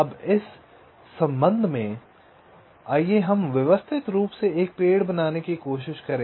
अब इस संबंध में आइए हम व्यवस्थित रूप से एक पेड़ बनाने की कोशिश करें